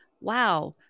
wow